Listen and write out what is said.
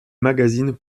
magazines